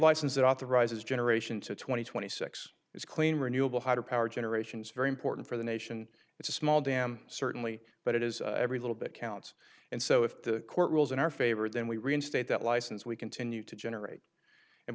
license that authorizes generation to two thousand and twenty six is clean renewable hydro power generation is very important for the nation it's a small dam certainly but it is every little bit counts and so if the court rules in our favor then we reinstate that license we continue to generate and